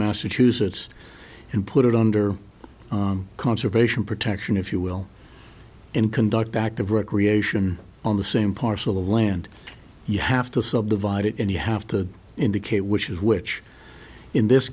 massachusetts and put it under conservation protection if you will and conduct active recreation on the same parcel of land you have to subdivide it and you have to indicate which is which in this